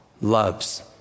loves